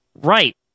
Right